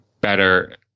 better